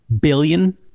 Billion